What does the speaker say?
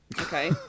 Okay